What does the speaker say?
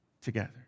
together